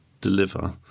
deliver